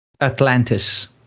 Atlantis